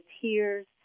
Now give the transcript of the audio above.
tears